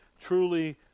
Truly